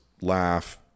laugh